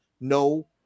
no